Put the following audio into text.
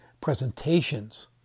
Presentations